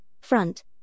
front